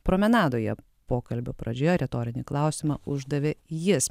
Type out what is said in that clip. promenadoje pokalbio pradžioje retorinį klausimą uždavė jis